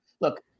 Look